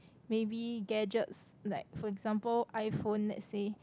maybe gadgets like for example iPhone let's say